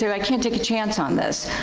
so i can't take a chance on this,